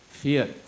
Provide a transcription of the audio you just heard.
fear